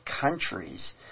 countries